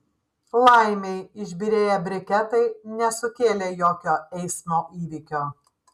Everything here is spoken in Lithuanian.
laimei išbyrėję briketai nesukėlė jokio eismo įvykio